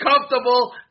comfortable